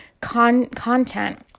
content